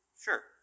Sure